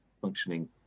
functioning